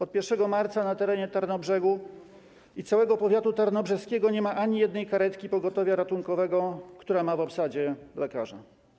Od 1 marca na terenie Tarnobrzega i całego powiatu tarnobrzeskiego nie ma ani jednej karetki pogotowia ratunkowego, która ma w obsadzie lekarza.